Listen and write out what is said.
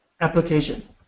application